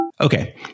okay